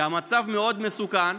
כי המצב מאוד מסוכן,